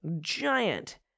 giant